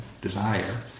desire